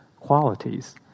qualities